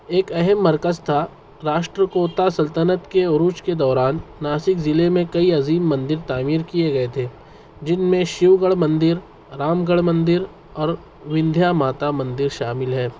ایک اہم مرکز تھا راشٹر کوتا سلطنت کے عروج کے دوران ناسک ضلع میں کئی عظیم مندر تعمیر کیے گئے تھے جن میں شیوگڑھ مندر رام گڑھ مندر اور وندھیا ماتا مندر شامل ہیں